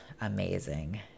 amazing